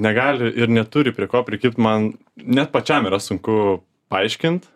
negali ir neturi prie ko prikibt man net pačiam yra sunku paaiškint